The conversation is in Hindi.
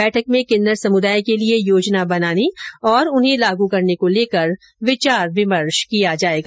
बैठक में किन्नर समुदाय के लिए योजना बनाने और उन्हें लागू करने को लेकर विचार विमर्श किया जाएगा